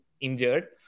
injured